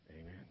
Amen